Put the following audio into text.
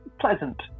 pleasant